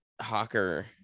Hawker